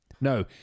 No